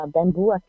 Bamboo